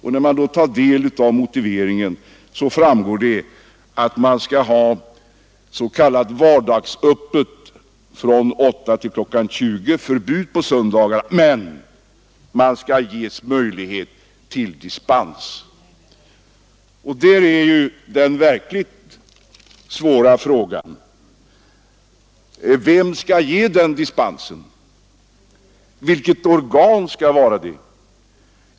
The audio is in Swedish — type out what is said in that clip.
Av motiveringen framgår att reservanterna vill att man skall ha s.k. vardagsöppet från 8 till 20 och förbud mot söndagsöppet, men man skall ges möjlighet till dispens. Den verkligt svåra frågan är: Vilket organ skall ge den dispensen?